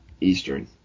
Eastern